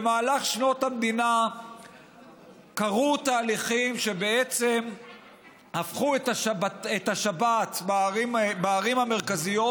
במהלך שנות המדינה קרו תהליכים שבעצם הפכו את השבת בערים המרכזיות,